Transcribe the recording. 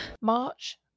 March